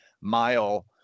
mile